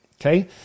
okay